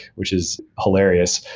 which is hilarious.